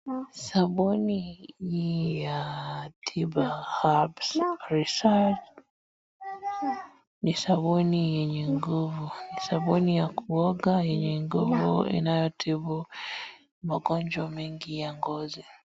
Sabuni ya tiba herbs research ni sabuni yenye nguvu. Ni sabuni ya kuoga yenye nguvu inayotibu magonjwa mengi ya ngozi.